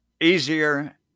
easier